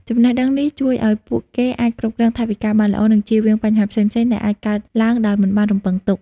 ចំណេះដឹងនេះជួយឲ្យពួកគេអាចគ្រប់គ្រងថវិកាបានល្អ និងជៀសវាងបញ្ហាផ្សេងៗដែលអាចកើតឡើងដោយមិនបានរំពឹងទុក។